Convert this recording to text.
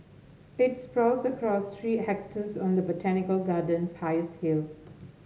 it sprawls across three hectares on the botanical garden's highest hill